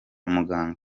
muganga